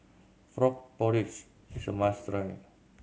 frog porridge is a must try